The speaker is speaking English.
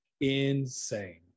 Insane